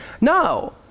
No